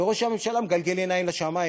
וראש הממשלה מגלגל עיניים לשמים,